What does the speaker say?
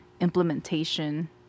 implementation